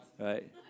right